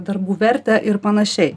darbų vertę ir panašiai